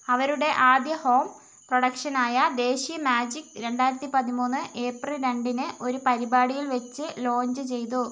അവരുടെ ആദ്യ ഹോം പ്രൊഡക്ഷനായ ദേശി മാജിക് രണ്ടായിരത്തി പതിമൂന്ന് ഏപ്രിൽ രണ്ടിന് ഒരു പരിപാടിയിൽ വച്ച് ലോഞ്ച് ചെയ്തു